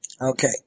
Okay